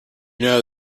know